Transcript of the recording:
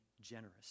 generous